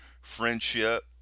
friendship